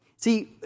See